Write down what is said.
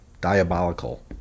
diabolical